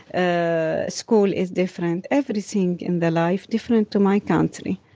ah school is different. everything in the life different to my country,